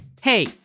Hey